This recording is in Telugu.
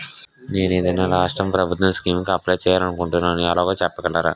నేను ఏదైనా రాష్ట్రం ప్రభుత్వం స్కీం కు అప్లై చేయాలి అనుకుంటున్నా ఎలాగో చెప్పగలరా?